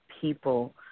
people